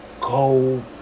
go